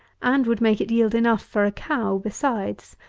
and would make it yield enough for a cow besides.